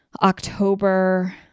October